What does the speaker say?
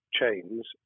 chains